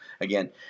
again